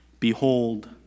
Behold